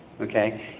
okay